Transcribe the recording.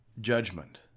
judgment